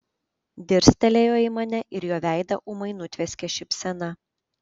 dirstelėjo į mane ir jo veidą ūmai nutvieskė šypsena